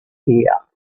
here